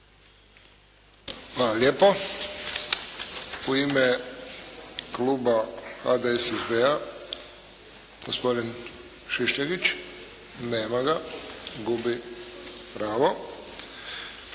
Hvala lijepo. U ime kluba HDSSB-a, gospodin Šišljagić. Nema ga. Gubi pravo.